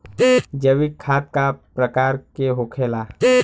जैविक खाद का प्रकार के होखे ला?